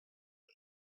and